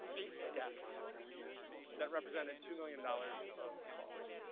eight deaths that represented two million dollars of cost.